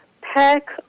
pack